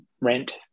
rent